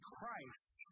Christ